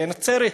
נצרת,